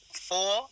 four